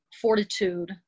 fortitude